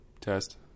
Test